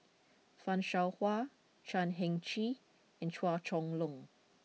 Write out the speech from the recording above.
Fan Shao Hua Chan Heng Chee and Chua Chong Long